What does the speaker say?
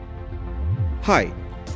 Hi